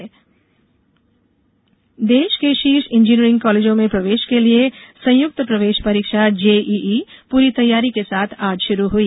संयुक्त प्रवेश परीक्षा देश के शीर्ष इंजीनियरिंग कॉलेजों में प्रवेश के लिए संयुक्त प्रवेश परीक्षा जेईई प्ररी तैयारी के साथ आज शुरू हुई